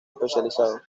especializados